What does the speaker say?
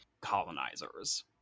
colonizers